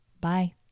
Bye